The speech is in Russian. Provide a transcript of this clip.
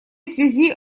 связи